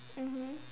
mmhmm